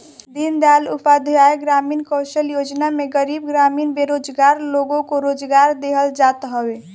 दीनदयाल उपाध्याय ग्रामीण कौशल्य योजना में गरीब ग्रामीण बेरोजगार लोग को रोजगार देहल जात हवे